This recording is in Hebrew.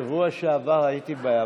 השרה לא שמעה.